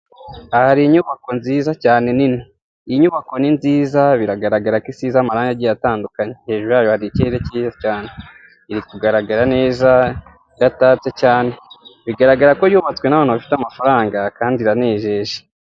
Aha hari inyubako nziza cyane nini, iyi inyubako ni nziza biragaragarako isize amarange agiye atandukanye, hejuru yayo hari ikirere cyiza cyane, iri kugaragara neza iratatse cyane bigaragarako yubashtswe n'abantu bafite amafaranga kandi iranejeje.